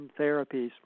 therapies